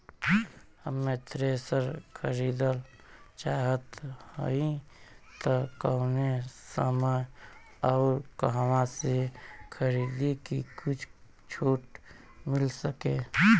हम थ्रेसर खरीदल चाहत हइं त कवने समय अउर कहवा से खरीदी की कुछ छूट मिल सके?